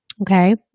okay